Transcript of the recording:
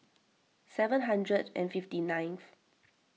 seven hundred and fifty nineth